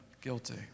guilty